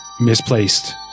misplaced